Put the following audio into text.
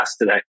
today